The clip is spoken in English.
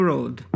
Road